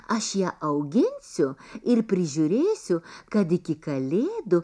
aš ją auginsiu ir prižiūrėsiu kad iki kalėdų